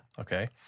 okay